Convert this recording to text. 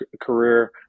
career